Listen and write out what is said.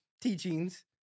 teachings